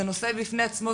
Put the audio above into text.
זה נושא בפני עצמו.